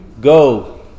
Go